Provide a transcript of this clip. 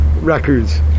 Records